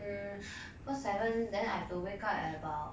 mm cause seven then I have to wake up at about